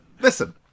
listen